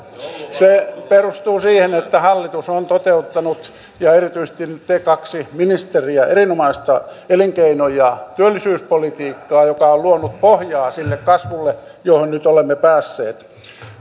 se perustuu siihen että hallitus on toteuttanut ja erityisesti te kaksi ministeriä erinomaista elinkeino ja työllisyyspolitiikkaa joka on luonut pohjaa sille kasvulle johon nyt olemme päässeet